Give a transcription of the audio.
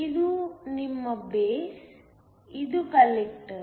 ಇದು ನಿಮ್ಮ ಬೇಸ್ ಅದು ಕಲೆಕ್ಟರ್